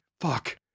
fuck